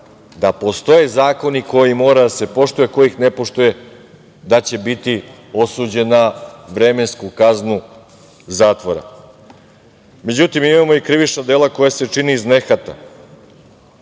da postoje zakoni koji moraju da se poštuje, a ko ih ne poštuje, da će biti osuđen na vremensku kaznu zatvora.Međutim, imamo i krivična dela koja se čini iz nehata,